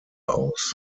aus